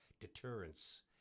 deterrence